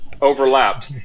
overlapped